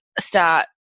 start